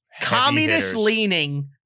communist-leaning